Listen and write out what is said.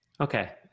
Okay